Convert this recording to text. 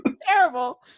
terrible